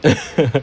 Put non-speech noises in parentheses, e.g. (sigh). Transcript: (laughs)